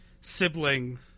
sibling